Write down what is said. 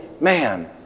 man—